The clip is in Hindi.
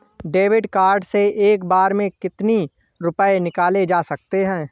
डेविड कार्ड से एक बार में कितनी रूपए निकाले जा सकता है?